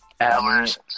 hours